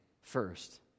first